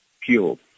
pure